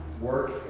work